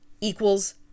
equals